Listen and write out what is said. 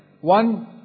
One